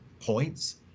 points